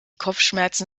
kopfschmerzen